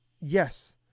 yes